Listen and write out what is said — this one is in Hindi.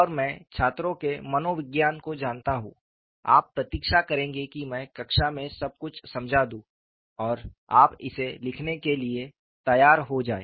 और मैं छात्रों के मनोविज्ञान को जानता हूं आप प्रतीक्षा करेंगे कि मैं कक्षा में सब कुछ समझा दूं और आप इसे लिखने के लिए तैयार हो जाएं